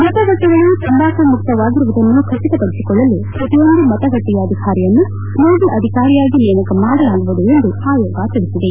ಮತಗಟ್ಟೆಗಳು ತಂಬಾಕು ಮುಕ್ತವಾಗಿರುವುದನ್ನು ಖಚಿತಪಡಿಸಿಕೊಳ್ಳಲು ಪ್ರತಿಯೊಂದು ಮತಗಟ್ಟೆಯ ಅಧಿಕಾರಿಯನ್ನು ನೋಡಲ್ ಅಧಿಕಾರಿಯಾಗಿ ನೇಮಕ ಮಾಡಲಾಗುವುದು ಎಂದು ಆಯೋಗ ತಿಳಿಸಿದೆ